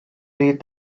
read